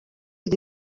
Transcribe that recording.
iri